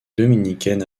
dominicaine